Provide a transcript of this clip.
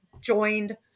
joined